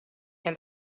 and